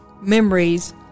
Memories